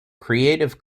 creative